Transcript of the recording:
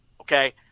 Okay